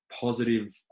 positive